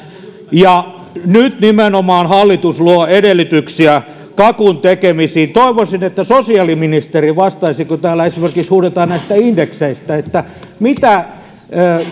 nyt hallitus nimenomaan luo edellytyksiä kakun tekemiseen toivoisin että sosiaaliministeri vastaisi kun täällä esimerkiksi huudetaan näistä indekseistä mitä